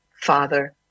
father